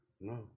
No